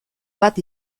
bat